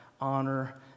Honor